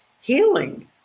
healing